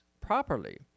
properly